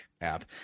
app